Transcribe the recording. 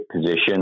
position